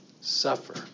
suffer